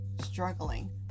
struggling